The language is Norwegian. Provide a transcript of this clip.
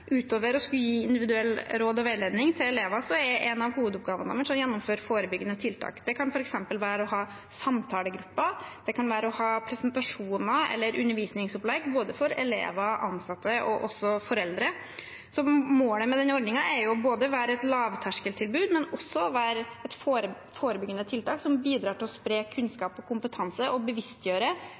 Utover å skulle gi råd og veiledning individuelt til elever, er en av hovedoppgavene deres å gjennomføre forebyggende tiltak. Det kan f.eks. være å ha samtalegrupper, det kan være å ha presentasjoner eller undervisningsopplegg, for både elever, ansatte og foreldre. Så målet med denne ordningen er å være et lavterskeltilbud, men også å være et forebyggende tiltak som bidrar til å spre kunnskap og kompetanse, og å bevisstgjøre